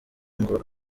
ngo